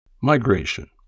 Migration